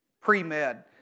Pre-med